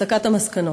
הסקת המסקנות: